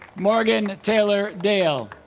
morgan taylor dale